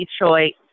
Detroit